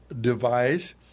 device